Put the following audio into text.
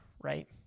right